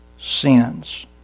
sins